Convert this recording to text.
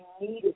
needed